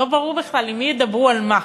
לא ברור בכלל עם מי ידברו על מה.